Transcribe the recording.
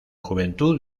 juventud